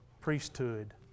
priesthood